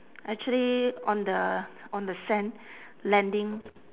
actually on the on the sand landing